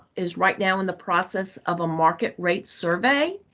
is right now in the process of a market rate survey,